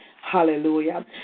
Hallelujah